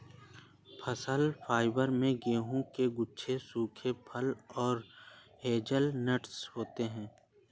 फल फाइबर में गेहूं के गुच्छे सूखे फल और हेज़लनट्स होते हैं